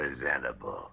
Presentable